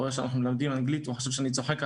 ראה שאנחנו מלמדים אנגלית וחשב שאני צוחק עליו.